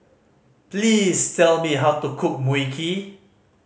please tell me how to cook Mui Kee